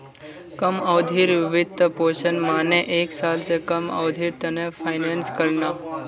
कम अवधिर वित्तपोषण माने एक साल स कम अवधिर त न फाइनेंस करना